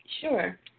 Sure